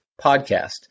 podcast